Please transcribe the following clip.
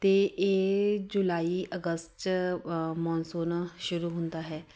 ਅਤੇ ਇਹ ਜੁਲਾਈ ਅਗਸਤ 'ਚ ਮੌਨਸੂਨ ਸ਼ੁਰੂ ਹੁੰਦਾ ਹੈ